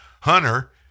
Hunter